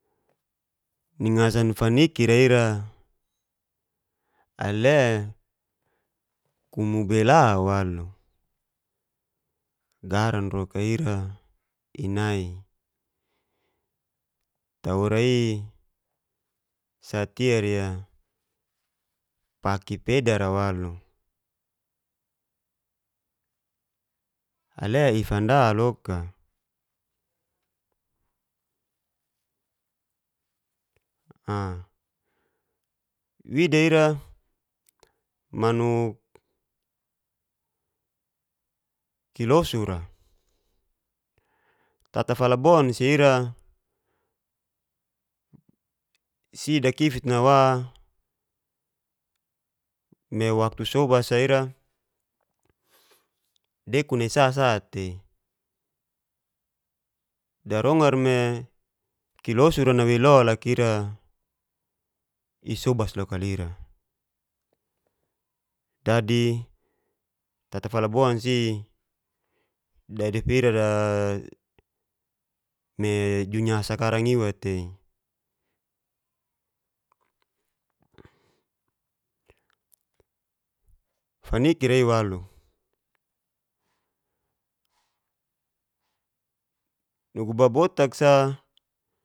Ni ngasan fanikira ira ale kumu bela walu garan roka ira inai, taura'i satia ria paki pedar walu ale i'fanda loka wida ira manuk kilosur'a tata falabon si ira si dakifit nawa me waktu sobas'a ira dekun ni sa sa tai darongar me kilosur'a nawei lo laka ira i'sobas loka lira, dadi tata falabon si ira wa junya sakarang iwa tei. fanikira iwalu. nugu babotak sa.